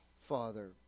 Father